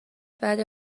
بعد